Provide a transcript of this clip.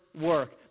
work